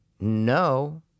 No